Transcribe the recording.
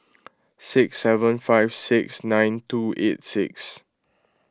six seven five six nine two eight six